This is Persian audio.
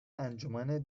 انجمن